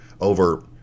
over